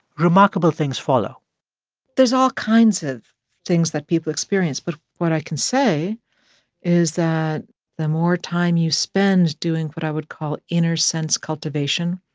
remarkable things follow there's all kinds of things that people experience. but what i can say is that the more time you spend doing what i would call inner sense cultivation,